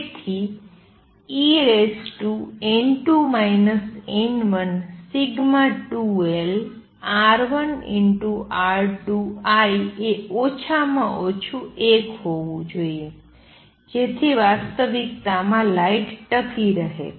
તેથી en2 n1σ2lR1R2I એ ઓછામાં ઓછું I હોવું જોઈએ જેથી વાસ્તવિકતામાં લાઇટ ટકી રહે